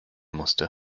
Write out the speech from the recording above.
musste